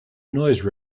noise